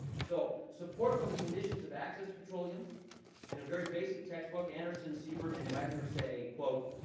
so, support for the conditions of access to petroleum in a very basic textbook, anderson, seibert, and wagner say, quote,